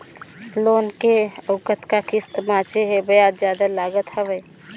Loan के अउ कतका किस्त बांचें हे? ब्याज जादा लागत हवय,